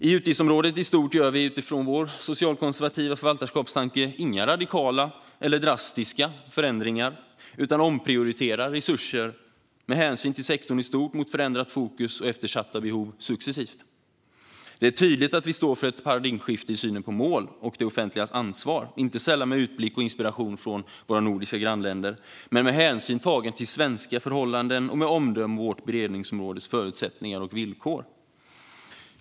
I utgiftsområdet i stort gör vi, utifrån vår socialkonservativa förvaltarskapstanke, inga radikala eller drastiska förändringar utan omprioriterar resurser med hänsyn till sektorn i stort mot förändrat fokus och eftersatta behov successivt. Det är tydligt att vi står för ett paradigmskifte i synen på mål och det offentligas ansvar, inte sällan med utblick och inspiration från våra nordiska grannländer, men med hänsyn tagen till svenska förhållanden och med omdöme om vårt beredningsområdes förutsättningar och villkor.